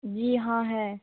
जी हाँ है